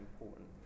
important